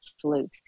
flute